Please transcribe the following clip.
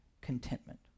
contentment